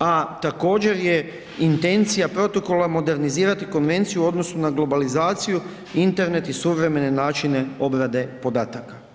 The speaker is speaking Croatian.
a također je intencija protokola modernizirati konvenciju u odnosu na globalizaciju, internet i suvremene načine obrade podataka.